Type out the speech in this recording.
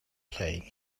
playing